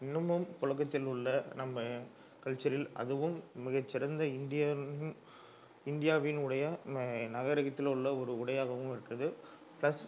இன்னமும் புழக்கத்தில் உள்ள நம்ம கல்ச்சரில் அதுவும் மிக சிறந்த இந்தியரும் இந்தியாவின் உடைய ம நகரத்தில் உள்ள ஒரு உடையாகவும் இருக்குது ப்ளஸ்